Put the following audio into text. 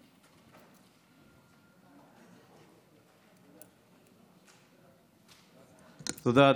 תודה.